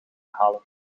halen